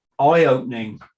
eye-opening